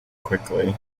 quickly